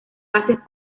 bases